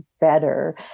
better